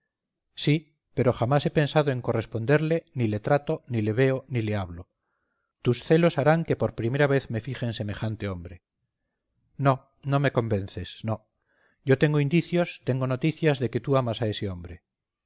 sí pero jamás he pensado en corresponderle ni le trato ni le veo ni le hablo tus celos harán que por primera vez me fije en semejante hombre no no me convences no yo tengo indicios tengo noticias de que tú amas a ese hombre